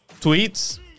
tweets